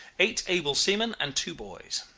eight able seamen and two boys.